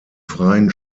freien